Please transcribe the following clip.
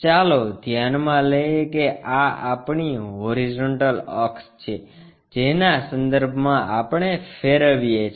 ચાલો ધ્યાનમાં લઈએ કે આં આપણી હોરીઝોન્ટલ અક્ષ છે જેના સંદર્ભમાં આપણે ફેરવીએ છીએ